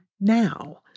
now